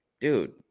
Dude